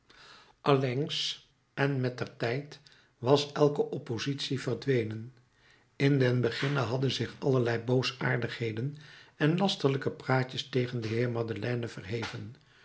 allengs en met der tijd was elke oppositie verdwenen in den beginne hadden zich allerlei boosaardigheden en lasterlijke praatjes tegen den heer madeleine verheven een